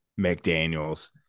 McDaniels